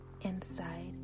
inside